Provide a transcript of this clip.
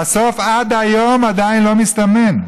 והסוף עד היום עדיין לא מסתמן.